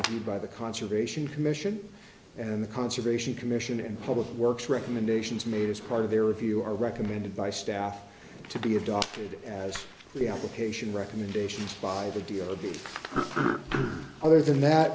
reviewed by the conservation commission and the conservation commission and public works recommendations made as part of their if you are recommended by staff to be adopted as the allocation recommendations by the deal of the other than that